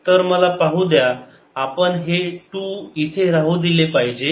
तर मला पाहू द्या आपण हे 2 इथे राहू दिले पाहिजे